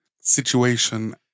situation